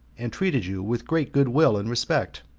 and treated you with great good-will and respect?